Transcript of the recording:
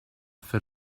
fer